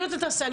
ואם אתה תעשה,